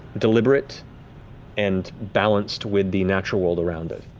deliberate and balanced with the natural world around it.